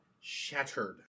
shattered